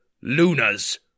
Lunas